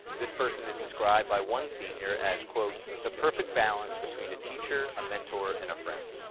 this person is described by one senior as, the perfect balance between a teacher, a mentor, and a friend.